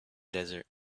desert